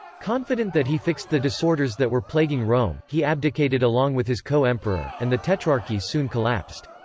confident that he fixed the disorders that were plaguing rome, he abdicated along with his co-emperor, and the tetrarchy soon collapsed.